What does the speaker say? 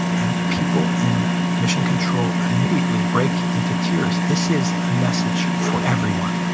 and people in mission control immediately break into tears. this is a message for everyone.